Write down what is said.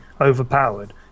overpowered